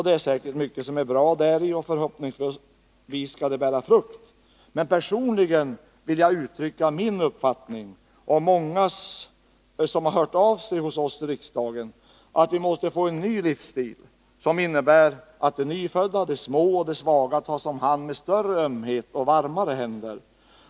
Det är säkert mycket som är bra i det, och förhoppningsvis kan det bära frukt. Men personligen vill jag uttrycka min uppfattning och mångas som har hört av sig till oss i riksdagen: Vi måste få en ny livsstil, som innebär att de nyfödda, de små och de svaga tas om hand med större ömhet och varmare händer.